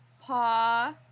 paw